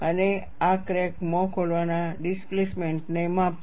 અને આ ક્રેક મોં ખોલવાના ડિસપલેમેન્ટ ને માપશે